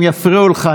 אם יפריעו לך,